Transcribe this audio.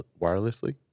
Wirelessly